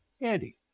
Andy